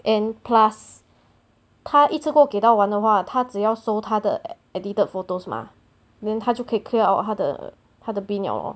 and plus 他一次过给到完的话他只要搜他的 edited photos mah then 他就可以 clear out 他的他的 bin liao lor